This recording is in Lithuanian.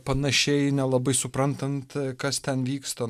panašiai nelabai suprantant kas ten vyksta